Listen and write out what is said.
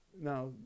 now